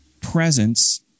presence